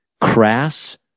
crass